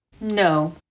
no